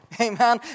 amen